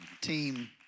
team